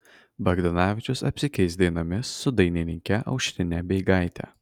bagdanavičius apsikeis dainomis su dainininke aušrine beigaite